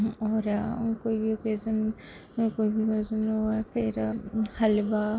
होर कोई ओकेज़न कोई बी ओकेज़न होऐ हल्वा